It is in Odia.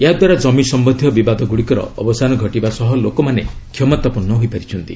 ଏହାଦ୍ଧାରା ଜମି ସମ୍ଭନ୍ଧୀୟ ବିବାଦୀ ଗୁଡ଼ିକର ଅବସାନ ଘଟିବା ସହ ଲୋକମାନେ କ୍ଷମତାପନ୍ନ ହୋଇପାରିଛନ୍ତି